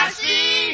see